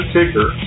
Ticker